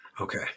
okay